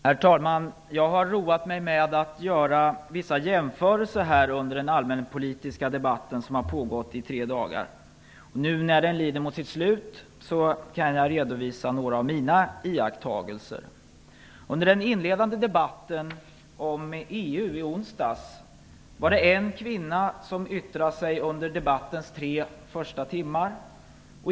Herr talman! Jag har roat mig med att göra vissa jämförelser under den allmänpolitiska debatten, som pågått i tre dagar. Nu när den lider mot sitt slut kan jag redovisa några av mina iakttagelser. Under den inledande debatten om EU i onsdags var det en kvinna som yttrade sig under debattens tre första timmar.